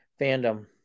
fandom